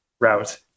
route